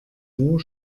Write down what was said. nur